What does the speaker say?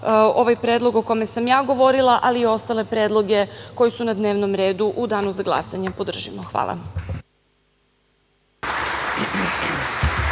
ovaj predlog o kome sam govorila, ali i ostale predloge koji su na dnevnom redu u danu za glasanje podržimo. Hvala.